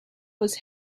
was